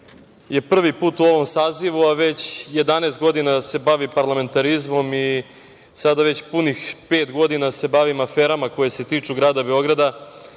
je prvi put u ovom sazivu, a već 11 godina se bavi parlamentarizmom i sada već punih pet godina se bavim aferama koje se tiču grada Beograda,